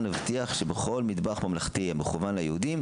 הבטיח שבכל מטבח ממלכתי המכוון ליהודים,